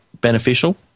beneficial